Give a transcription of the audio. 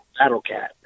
Battlecat